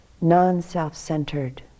non-self-centered